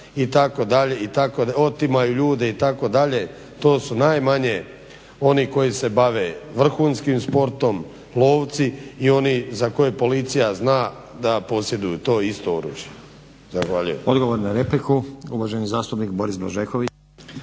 po ulicama, otimaju ljude itd. To su najmanje oni koji se bave vrhunskim sportom, lovci i oni za koje policija zna da posjeduju to isto oružje. Zahvaljujem.